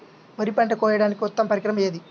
వరి పంట కోయడానికి ఉత్తమ పరికరం ఏది?